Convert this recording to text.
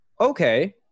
Okay